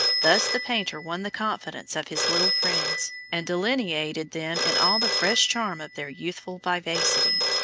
thus the painter won the confidence of his little friends, and delineated them in all the fresh charm of their youthful vivacity.